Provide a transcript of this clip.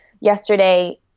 yesterday